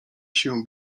się